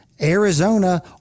Arizona